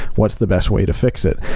what's the best way to fix it?